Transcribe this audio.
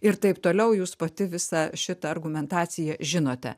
ir taip toliau jūs pati visą šitą argumentaciją žinote